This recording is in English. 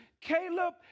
Caleb